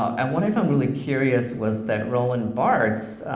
and what i found really curious was that roland barthes,